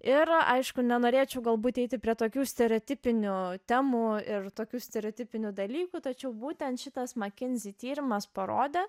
ir aišku nenorėčiau galbūt eiti prie tokių stereotipinių temų ir tokių stereotipinių dalykų tačiau būtent šitas makinzi tyrimas parodė